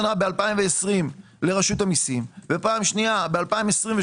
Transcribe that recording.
ב-2020 לרשות המיסים ופעם שניה ב-2022,